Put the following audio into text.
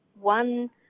one